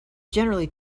generally